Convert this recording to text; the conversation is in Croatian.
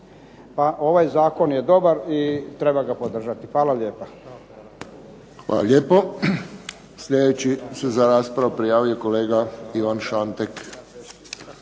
Ovaj zakon je dobar i treba ga podržati. Hvala lijepa. **Friščić, Josip (HSS)** Hvala lijepo. Slijedeći se za raspravu prijavio kolega Ivan Šantek.